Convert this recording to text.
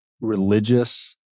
religious